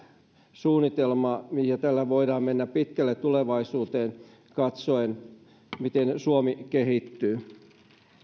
suunnitelma ja tällä voidaan mennä pitkälle tulevaisuuteen katsoen miten suomi kehittyy